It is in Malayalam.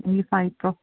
ഈ ഫൈവ് പ്രോ